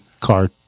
card